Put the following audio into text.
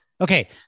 okay